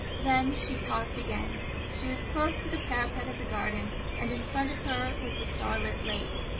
then she paused again she was close to the parapet of the garden, and in front of her was the starlit lake.